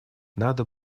надо